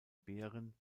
beeren